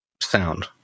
sound